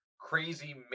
crazy